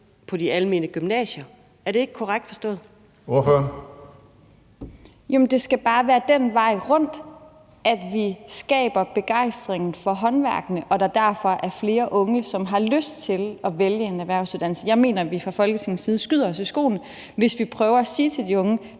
Ordføreren. Kl. 20:39 Lotte Rod (RV): Jo, men det skal bare være den vej rundt, at vi skaber begejstring for håndværkene, og at der derfor er flere unge, som har lyst til at vælge en erhvervsuddannelse. Jeg mener, at vi fra Folketingets side skyder os selv i foden, hvis vi prøver at sige til de unge: